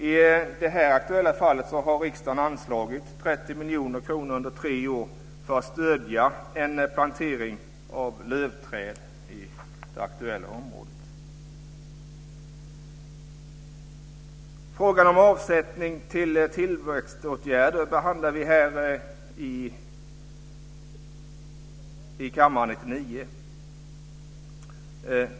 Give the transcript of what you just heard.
I det aktuella fallet har riksdagen anslagit 30 miljoner kronor under tre år för att stödja en plantering av lövträd i området. I kammaren behandlade vi frågan om avsättning till tillväxtåtgärder 1999.